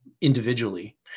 individually